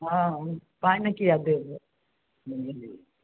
हँ पाइ नहि किआ देब